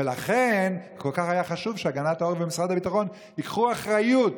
ולכן היה כל כך חשוב שהגנת העורף במשרד הביטחון ייקחו אחריות